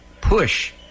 push